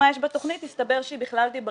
מהן אבני הדרך